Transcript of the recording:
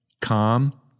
calm